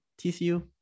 tcu